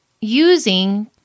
using